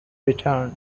return